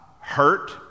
hurt